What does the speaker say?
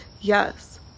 yes